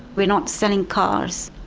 we're not selling cars.